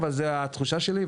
זו התחושה שלי,